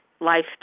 life